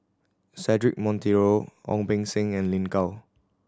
Cedric Monteiro Ong Beng Seng and Lin Gao